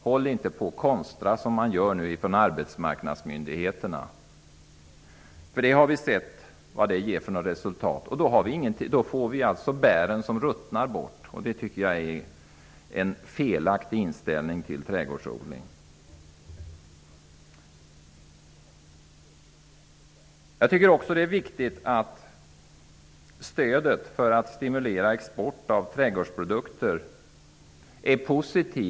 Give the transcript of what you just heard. Håll inte på och konstra på det sätt som arbetsmarknadsmyndigheterna nu gör! Vad det ger för resultat har vi sett -- bär som ruttnar bort. Det är en felaktig inställning till trädgårdsodling. Det är även viktigt att utskottet är positivt till ett stöd för att stimulera exporten av trädgårdsprodukter.